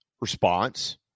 response